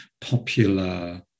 popular